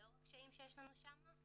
לאור הקשיים שיש לנו שם.